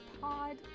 Pod